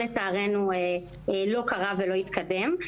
לצערנו, שום דבר לא קרה ולא התקדם.